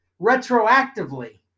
retroactively